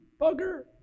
bugger